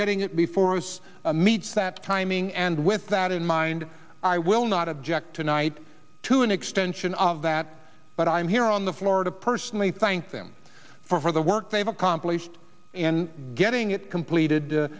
getting it before us meets that timing and with that in mind i will not object tonight to an extension of that but i am here on the floor to personally thank them for the work they've accomplished in getting it completed